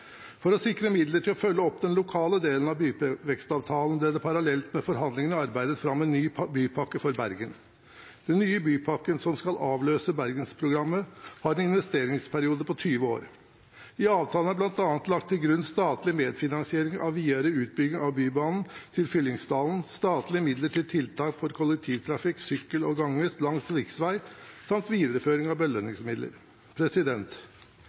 å følge opp den lokale delen av byvekstavtalen ble det parallelt med forhandlingene arbeidet fram en ny bypakke for Bergen. Den nye bypakken, som skal avløse Bergensprogrammet, har en innkrevingsperiode på 20 år. I avtalen er det bl.a. lagt til grunn statlig medfinansiering av videre utbygging av Bybanen til Fyllingsdalen, statlige midler til tiltak for kollektivtrafikk, sykkel og gange langs riksvei samt videreføring av